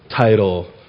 title